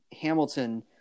Hamilton